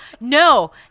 No